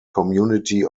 community